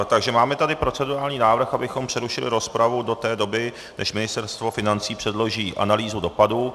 Takže máme tady procedurální návrh, abychom přerušili rozpravu do té doby, než Ministerstvo financí předloží analýzu dopadů.